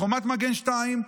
לחומת מגן 2,